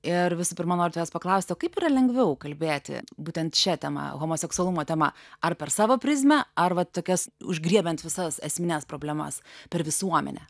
ir visų pirma noriu tavęs paklausti o kaip yra lengviau kalbėti būtent šia tema homoseksualumo tema ar per savo prizmę ar va tokias užgriebiant visas esmines problemas per visuomenę